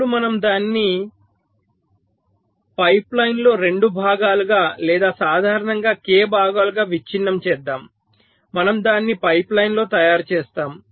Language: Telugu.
ఇప్పుడు మనము దానిని పైప్లైన్లో 2 భాగాలుగా లేదా సాధారణంగా k భాగాలుగా విచ్ఛిన్నం చేద్దాం మనము దానిని పైప్లైన్లో తయారు చేస్తాము